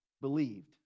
believed